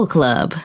Club